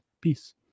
peace